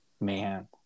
Man